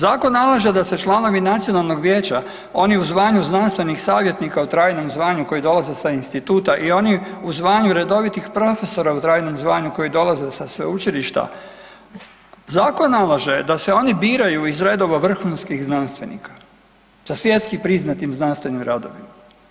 Zakon nalaže da se članovi Nacionalnog vijeća oni u zvanju znanstvenih savjetnika u trajnom zvanju koji dolaze sa instituta i onih u zvanju redovitih profesora u trajnom zvanju koji dolaze sa sveučilišta zakon nalaže da se oni biraju iz redova vrhunskih znanstvenika sa svjetski priznatim znanstvenim radovima.